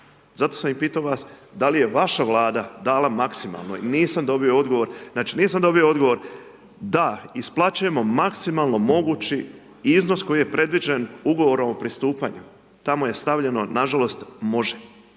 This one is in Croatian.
Zato sam i pitao vas, da li je vaša dala maksimalno, nisam dobio odgovor. Nisam dobio odgovor, da isplaćujemo maksimalno mogući iznos, koji je predviđen, ugovorom o pristupanju, tamo je stavljeno, nažalost, može.